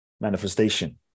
Manifestation